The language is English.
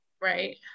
Right